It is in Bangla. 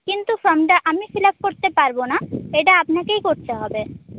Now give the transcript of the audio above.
কিন্তু ফর্মটা আমি ফিল আপ করতে পারবো না এটা আপনাকেই করতে হবে